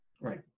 right